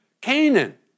Canaan